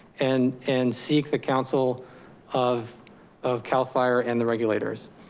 and and seek the counsel of of cal fire and the regulators.